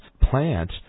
plant